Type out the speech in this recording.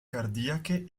cardiache